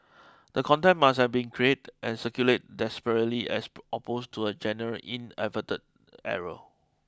the content must have been create and circulate desperately as opposed to a general inadvertent error